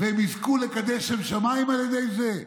והם יזכו לקדש שם שמיים על ידי זה.